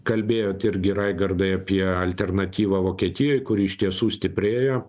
kalbėjot irgi raigardai apie alternatyvą vokietijoj kuri iš tiesų stiprėjo